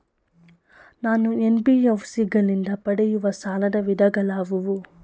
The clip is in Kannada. ನಾನು ಎನ್.ಬಿ.ಎಫ್.ಸಿ ಗಳಿಂದ ಪಡೆಯುವ ಸಾಲದ ವಿಧಗಳಾವುವು?